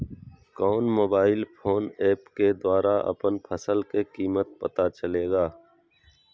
कौन mobile phone app के द्वारा अपन फसल के कीमत पता चलेगा?